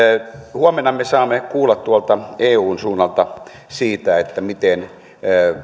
huomenna me saamme kuulla tuolta eun suunnalta siitä miten